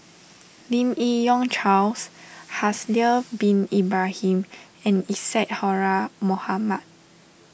Lim Yi Yong Charles Haslir Bin Ibrahim and Isadhora Mohamed